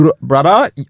brother